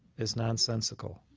is nonsensical.